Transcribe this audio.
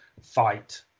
fight